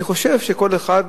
אני חושב שכל אחד,